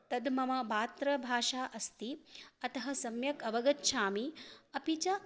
तद् मम मातृभाषा अस्ति अतः सम्यक् अवगच्छामि अपि च